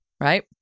right